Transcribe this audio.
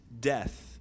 death